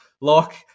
Lock